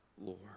Lord